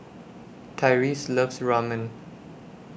Tyrese loves Ramen